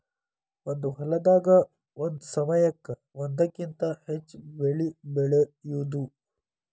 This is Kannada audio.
ಒಂದ ಹೊಲದಾಗ ಒಂದ ಸಮಯಕ್ಕ ಒಂದಕ್ಕಿಂತ ಹೆಚ್ಚ ಬೆಳಿ ಬೆಳಿಯುದು